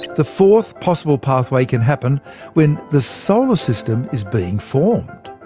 the fourth possible pathway can happen when the solar system is being formed.